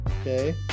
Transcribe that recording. Okay